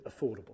affordable